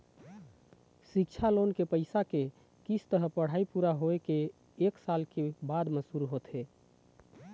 सिक्छा लोन के पइसा के किस्त ह पढ़ाई पूरा होए के एक साल के बाद म शुरू होथे